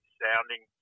sounding